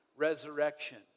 resurrection